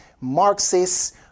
Marxists